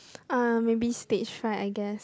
ah maybe stage fright I guess